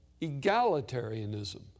egalitarianism